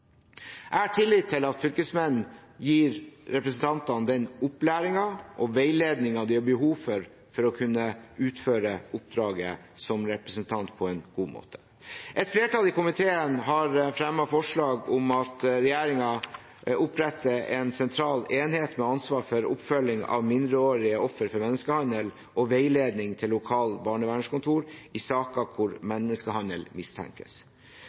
at fylkesmennene gir representantene den opplæringen og veiledningen de har behov for, for å kunne utføre oppdraget som representant på en god måte. Et flertall i komiteen har fremmet forslag om at regjeringen oppretter en sentral enhet med ansvar for oppfølging av mindreårige ofre for menneskehandel og veiledning til lokale barnevernskontor i saker hvor menneskehandel mistenkes.